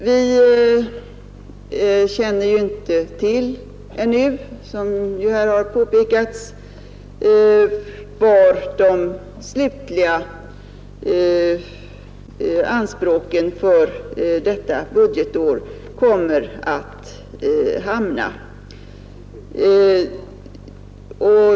Vi känner ju ännu inte till — som här har påpekats — var de slutliga anspråken för detta budgetår kommer att hamna.